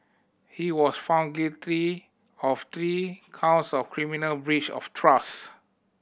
he was found guilty of three counts of criminal breach of trust